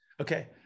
Okay